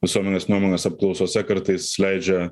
visuomenės nuomonės apklausose kartais leidžia